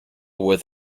with